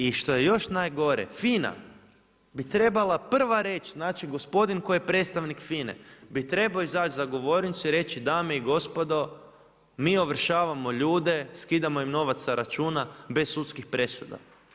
I što je još najgore FINA bi trebala prva reći, znači gospodin koji je predstavnik FINA-e bi trebao izaći za govornicu i reći dame i gospodo mi ovršavamo ljude, skidamo im novac sa računa bez sudskih presuda.